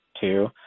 two